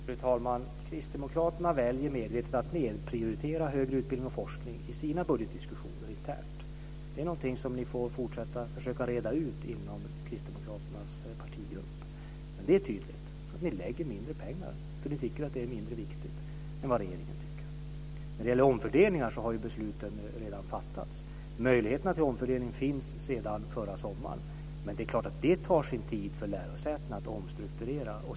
Fru talman! Kristdemokraterna väljer medvetet att inte prioritera högre utbildning och forskning i sina budgetdiskussioner internt. Det är någonting som ni får fortsätta att försöka reda ut inom Kristdemokraternas partigrupp. Det är tydligt att ni lägger mindre pengar därför att ni tycker att detta är mindre viktigt än vad regeringen tycker. När det gäller omfördelningar har besluten redan fattats. Möjligheterna till omfördelning finns sedan förra sommaren, men det är klart att det tar sin tid för lärosätena att omstrukturera.